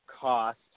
cost